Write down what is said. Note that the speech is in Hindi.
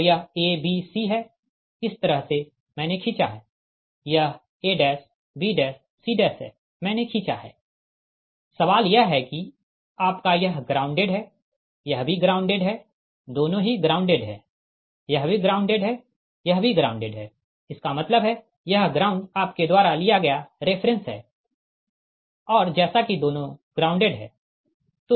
तो यह a b c है इस तरह से मैंने खींचा है यह abc है मैंने खींचा है सवाल यह है कि आपका यह ग्राउंडेड है यह भी ग्राउंडेड है दोनों ही ग्राउंडेड है यह भी ग्राउंडेड है यह भी ग्राउंडेड है इसका मतलब है यह ग्राउंड आपके द्वारा लिया गया रेफ़रेंस है और जैसा कि दोनों ग्राउंडेड है